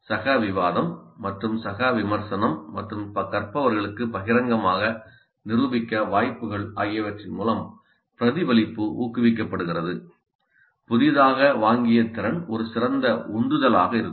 சக விவாதம் மற்றும் சக விமர்சனம் மற்றும் கற்பவர்களுக்கு பகிரங்கமாக நிரூபிக்க வாய்ப்புகள் ஆகியவற்றின் மூலம் பிரதிபலிப்பு ஊக்குவிக்கப்படுகிறது புதிதாக வாங்கிய திறன் ஒரு சிறந்த உந்துதலாக இருக்கும்